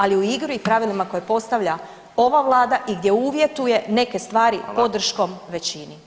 Ali u igri i pravilima koje postavlja ova Vlada i gdje uvjetuje neke stvari podrškom većini.